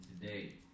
today